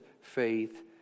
faith